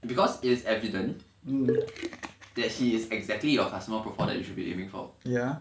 because it's evident that he is exactly your customer profile that you should be aiming for